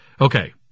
Okay